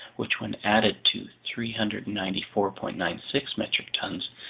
which when added to three hundred and ninety four point nine six metric tons,